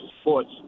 sports